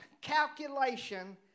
calculation